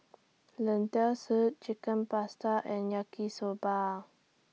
Lentil Soup Chicken Pasta and Yaki Soba